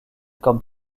comme